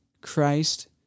Christ